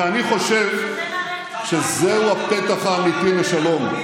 ואני חושב שזהו הפתח האמיתי לשלום.